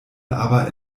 aber